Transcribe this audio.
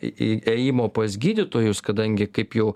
į į ėjimo pas gydytojus kadangi kaip jau